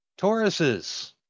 Tauruses